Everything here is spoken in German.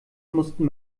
mussten